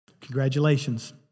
Congratulations